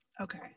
Okay